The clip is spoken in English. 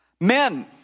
Men